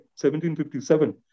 1757